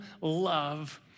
love